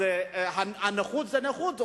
הנכות היא נכות,